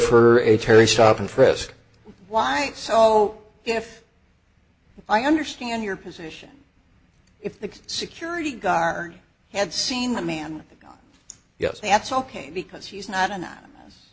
for a terry stop and frisk why so if i understand your position if the security guard had seen the man yes that's ok because he's not anonymous